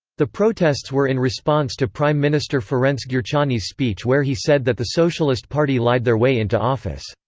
the protests were in response to prime minister ferenc gyurcsany's speech where he said that the socialist party lied their way into office.